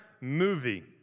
movie